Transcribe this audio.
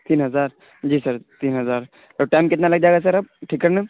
تین ہزار جی سر تین ہزار اور ٹائم کتنا لگ جائے گا سر اب ٹھیک کرنے میں